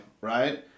Right